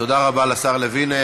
תודה רבה לשר לוין.